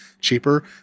cheaper